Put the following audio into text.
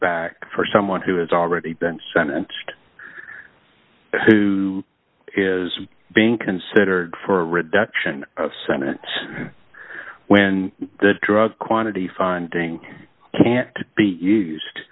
back for someone who has already been sentenced who is being considered for reduction of sentence when the drug quantity funding can't be used